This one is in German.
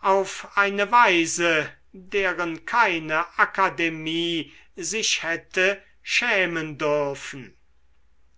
auf eine weise deren keine akademie sich hätte schämen dürfen